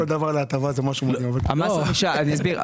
אני אסביר.